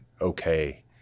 okay